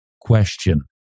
question